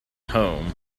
home